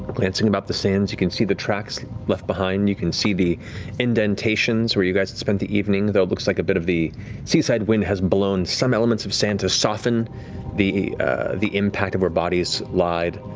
glancing about the sands, you can see the tracks left behind. you can see the indentations where you guys spent the evening, though it looks like a bit of the seaside wind has blown some elements of sand to soften the the impact of where bodies lied.